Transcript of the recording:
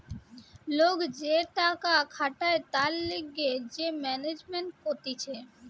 লোক যে টাকা খাটায় তার লিগে যে ম্যানেজমেন্ট কতিছে